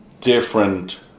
different